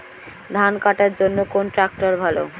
ধান কাটার জন্য কোন ট্রাক্টর ভালো?